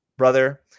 brother